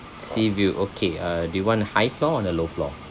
sea view okay uh do you want high floor or the low floor